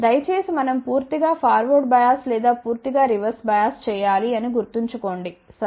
దయచేసి మనం పూర్తిగా ఫార్వర్డ్ బయాస్ లేదా పూర్తిగా రివర్స్ బయాస్ చేయాలి అని గుర్తుంచుకోండి సరే